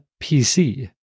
PC